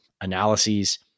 analyses